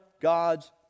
gods